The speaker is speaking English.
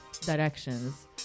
directions